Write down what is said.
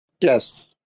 Yes